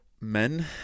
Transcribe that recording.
men